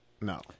No